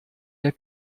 der